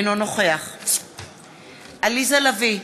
אינו נוכח עליזה לביא,